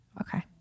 Okay